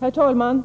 Herr talman!